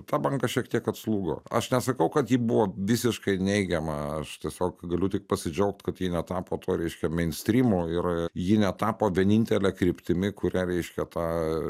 ta banga šiek tiek atslūgo aš nesakau kad ji buvo visiškai neigiama aš tiesiog galiu tik pasidžiaugt kad ji netapo tuo reiškia meinstrymu ir ji netapo vienintele kryptimi kurią reiškia tą